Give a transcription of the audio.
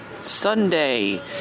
Sunday